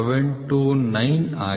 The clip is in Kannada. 729 ಆಗಿದೆ